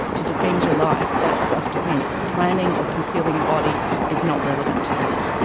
to defend your life, that's self-defence. planning or concealing a body is not relevant to that.